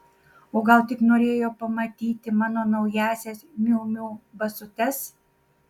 o gal tik norėjo pamatyti mano naująsias miu miu basutes